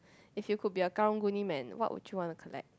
if you could be a karang-guni man what would you want to collect